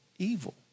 Evil